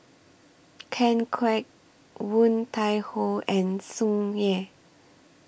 Ken Kwek Woon Tai Ho and Tsung Yeh